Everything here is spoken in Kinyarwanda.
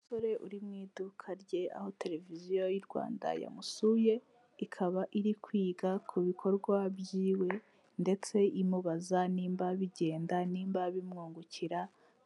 Umusore uri mu iduka rye aho televiziyo y'u Rwanda yamusuye, ikaba iri kwiga ku bikorwa byiwe ndetse imubaza nimba bigenda, nimba bimwungukira,